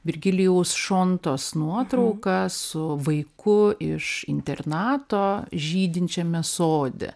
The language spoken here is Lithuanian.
virgilijaus šontos nuotrauka su vaiku iš internato žydinčiame sode